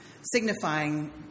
signifying